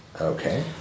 Okay